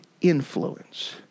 influence